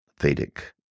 Vedic